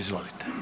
Izvolite.